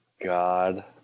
God